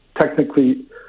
technically